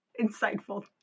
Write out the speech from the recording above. Insightful